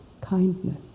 kindness